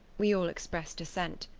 we all expressed assent,